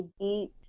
eat